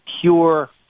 pure